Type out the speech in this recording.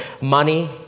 money